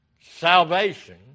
salvation